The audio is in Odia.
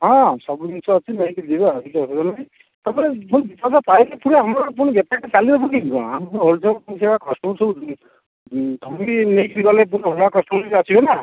ହଁ ସବୁ ଜିନିଷ ଅଛି ନେଇକି ଯିବେ ଆଉ କିଛି ଅସୁବିଧା ନାହିଁ ତୁମେ ହିସାବ ପାଇଲେ ପୂରା ଆମର ପୁଣି ବେପାରଟା ଚାଲିବ କେମିତି କ'ଣ ଆମେ ପୁଣି ହୋଲସେଲ୍ ପଇସା ଖର୍ଚ୍ଚ ହେଉଛି ଉଁ ତୁମେ ନେଇକି ଗଲେ ପୁଣି ଅଲଗା କଷ୍ଟମର୍ ଆସିବେ ନା